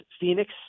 Phoenix